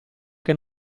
che